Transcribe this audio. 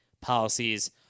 policies